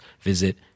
visit